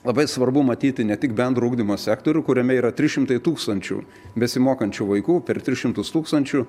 labai svarbu matyti ne tik bendro ugdymo sektorių kuriame yra trys šimtai tūkstančių besimokančių vaikų per tris šimtus tūkstančių